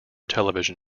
television